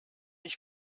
ich